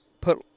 put